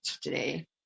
today